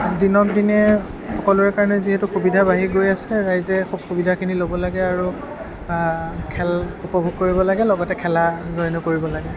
দিনক দিনে সকলোৰে কাৰণে যিহেতু সুবিধা বাঢ়ি গৈ আছে ৰাইজে সুবিধাখিনি ল'ব লাগে আৰু খেল উপভোগ কৰিব লাগে লগতে খেলা জইনো কৰিব লাগে